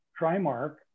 Trimark